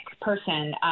person